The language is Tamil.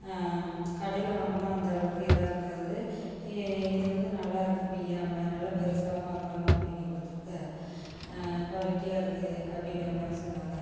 கடையில் வாங்குனா அந்த அளவுக்கு இதாக இருக்காது இது வந்து நல்லாருக்குது பிய்யாமல் நல்ல பெருசாகவும் அகலமாகவும் பின்னி கொடுத்துருக்க குவாலிட்டியாக இருக்குது அப்படிங்கிற மாதிரி சொன்னாங்கள்